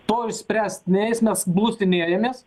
to išspręsti neis mes blusinėjamės